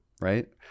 right